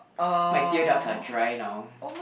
my teardrops are dry now